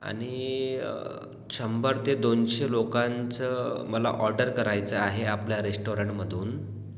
आणि शंभर ते दोनशे लोकांचं मला ऑर्डर करायचं आहे आपल्या रेस्टोरंटमधून